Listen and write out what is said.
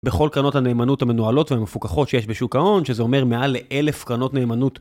בכל קרנות הנאמנות המנועלות והמפוקחות שיש בשוק ההון, שזה אומר מעל לאלף קרנות נאמנות.